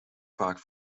vaak